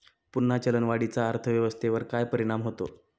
पुन्हा चलनवाढीचा अर्थव्यवस्थेवर काय परिणाम होतो